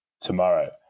tomorrow